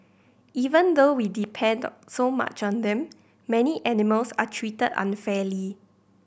even though we depend so much on them many animals are treated unfairly